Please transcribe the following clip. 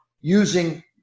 using